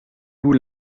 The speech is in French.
vous